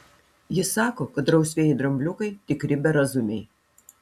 jis sako kad rausvieji drambliukai tikri berazumiai